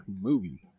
movie